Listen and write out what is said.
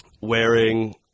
wearing